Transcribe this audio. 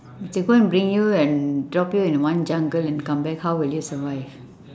they go and bring you and drop you in one jungle and come back how will you survive